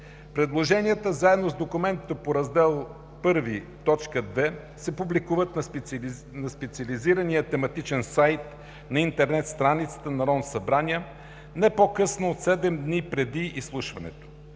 Предложенията заедно с документите по Раздел І, т. 2 се публикуват на специализирания тематичен сайт на интернет страницата на Народното събрание не по-късно от 7 дни преди изслушването.